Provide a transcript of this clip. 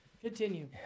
Continue